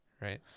Right